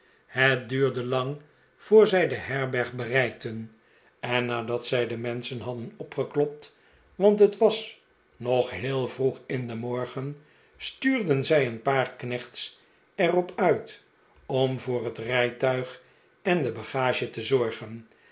het duurde lang voor zij de herberg bereikten en nadat zij de menschen hadden opgeklopt want het was nog heel vroeg in den morgen stuurden zij een paar knechts er op uit om voor het rijtuig en de bagage te zorgen